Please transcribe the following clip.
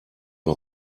bei